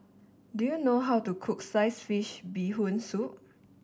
do you know how to cook Sliced Fish Bee Hoon Soup